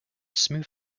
smooth